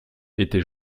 était